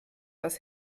was